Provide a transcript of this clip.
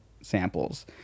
samples